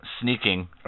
sneaking